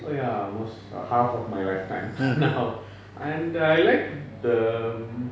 oh ya almost err half of my lifetime now and I like the